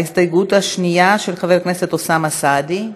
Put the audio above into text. ההסתייגות השנייה, של חבר הכנסת אוסאמה סעדי.